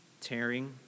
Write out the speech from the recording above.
Tearing